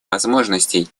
возможностей